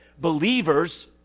Believers